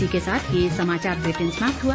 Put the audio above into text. इसके साथ ये समाचार बुलेटिन समाप्त हुआ